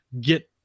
get